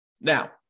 Now